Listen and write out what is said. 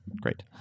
great